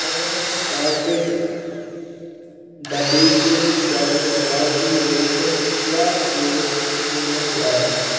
پانٛژھ packet the bakers dozen ragi loafs کیٛاہ اوس قۭمتھ راتھ